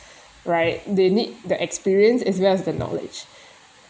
right they need the experience as well as the knowledge